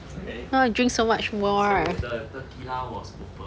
now I drink so much more